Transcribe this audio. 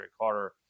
Carter